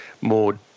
more